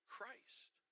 Christ